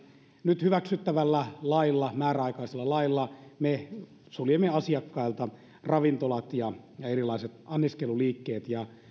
nyt hyväksyttävällä lailla määräaikaisella lailla me suljemme asiakkailta ravintolat ja ja erilaiset anniskeluliikkeet ja